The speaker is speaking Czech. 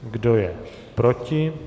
Kdo je proti?